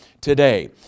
today